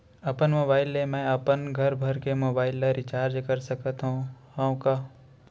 अपन मोबाइल ले मैं अपन घरभर के मोबाइल ला रिचार्ज कर सकत हव का?